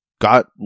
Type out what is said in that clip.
got